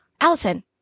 Allison